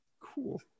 cool